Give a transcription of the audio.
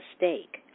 mistake